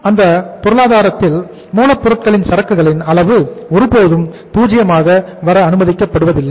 இன்னும் அந்த பொருளாதாரத்தில் மூலப்பொருட்களின் சரக்குகளின் அளவு ஒருபோதும் 0 ஆக வர அனுமதிக்கப்படுவதில்லை